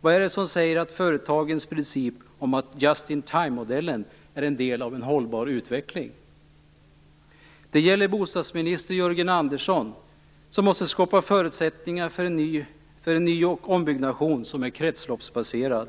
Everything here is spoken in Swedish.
Vad är det som säger att företagens pricip med just-in-time-modellen är en del av en hållbar utveckling? Det gäller bostadsminister Jörgen Andersson, som måste skapa förutsättningar för en ny och ombyggnation som är kretsloppsbaserad.